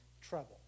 trouble